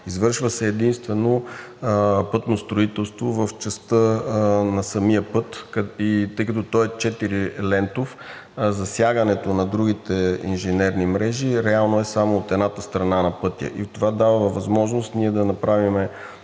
Извършва се единствено пътно строителство в частта на самия път, а тъй като той е 4-лентов, засягането на другите инженерни мрежи реално е само от едната страна на пътя. Това дава възможност да направим